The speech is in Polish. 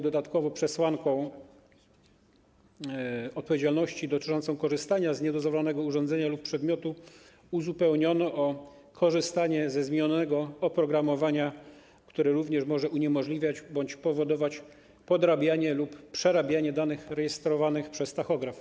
Dodatkowo przesłanki odpowiedzialności dotyczącej korzystania z niedozwolonego urządzenia lub przedmiotu uzupełniono o korzystanie ze zmienionego oprogramowania, które również może uniemożliwiać bądź powodować podrabianie lub przerabianie danych rejestrowanych przez tachograf.